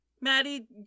Maddie